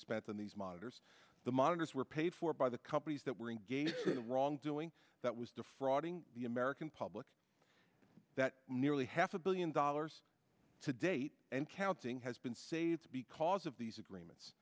spent on these monitors the monitors were paid for by the companies that were engaged in wrongdoing that was defrauding the american public that nearly half a billion dollars to date and counting has been saved because of these agreements